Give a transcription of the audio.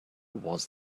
was